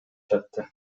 жатты